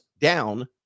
down